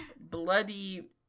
Bloody